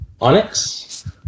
Onyx